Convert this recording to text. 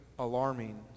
Alarming